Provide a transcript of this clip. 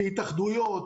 כהתאחדויות,